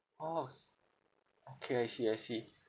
orh s~ okay I see I see